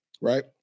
right